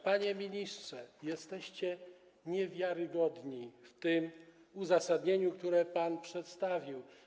Panie ministrze, jesteście niewiarygodni w tym uzasadnieniu, które pan przedstawił.